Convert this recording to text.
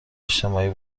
اجتماعی